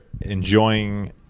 enjoying